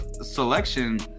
selection